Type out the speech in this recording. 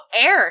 air